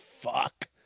fuck